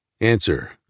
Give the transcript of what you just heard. Answer